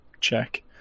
check